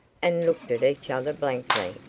and looked at each other blankly.